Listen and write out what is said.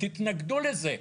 תתנגדו לזה.